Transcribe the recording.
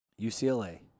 UCLA